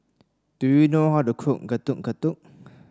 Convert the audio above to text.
do you know how to cook Getuk Getuk